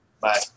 Bye